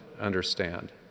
understand